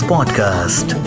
Podcast